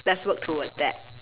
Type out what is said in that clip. let's work towards that